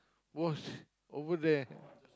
wash over there